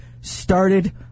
started